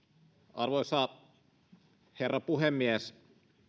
arvoisa herra puhemies